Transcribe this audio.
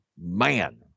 Man